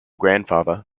grandfather